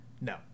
no